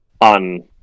on